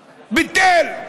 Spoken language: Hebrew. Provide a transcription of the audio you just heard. ביטל.